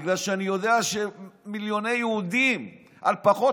בגלל שאני יודע שמיליוני יהודים על פחות